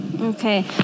Okay